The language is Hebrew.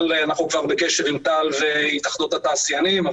אנחנו כבר בקשר עם טל והתאחדות התעשיינים,